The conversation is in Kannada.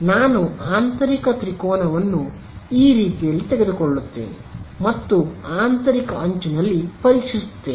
ನಾನು ಆಂತರಿಕ ತ್ರಿಕೋನವನ್ನು ಈ ರೀತಿಯಲ್ಲಿ ತೆಗೆದುಕೊಳ್ಳುತ್ತೇನೆ ಮತ್ತು ಆಂತರಿಕ ಅಂಚಿನಲ್ಲಿ ಪರೀಕ್ಷಿಸುತ್ತೇನೆ